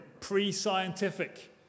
pre-scientific